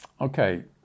Okay